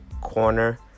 corner